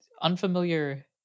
unfamiliar